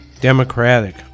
democratic